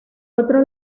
otro